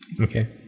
Okay